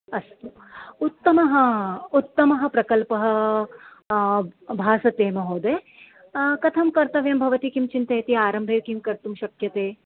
अस्तु उत्तमः उत्तमः प्रकल्पः भासते महोदय कथं कर्तव्यं भवती किं चिन्तयति आरम्भे किं कर्तुं शक्यते